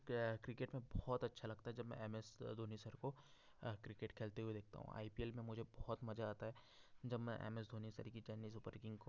मुझे क्रिकेट में बहुत अच्छा लगता है जब मैं एम एस धोनी सर को क्रिकेट खेलते हुए देखता हूँ आई पी एल में मुझे बहुत मज़ा आता है जब मैं एम एस धोनी सर की चेन्नई सुपर किंग को